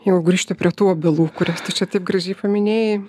jau grįžtu prie tų obelų kurias tu čia taip gražiai paminėjai